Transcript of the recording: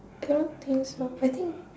cannot think so I think